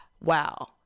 wow